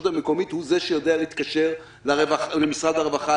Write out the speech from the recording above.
המקומית הוא זה שיודע להתקשר למשרד הרווחה,